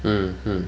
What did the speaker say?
mmhmm